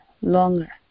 longer